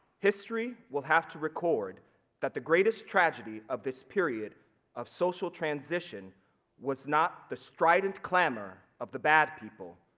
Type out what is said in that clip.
history will have to record that the greatest tragedy of this period of social transition was not the strident clamor of the bad people,